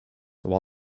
while